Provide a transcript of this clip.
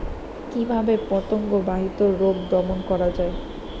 কিভাবে পতঙ্গ বাহিত রোগ দমন করা যায়?